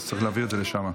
צריך להעביר את זה לשם.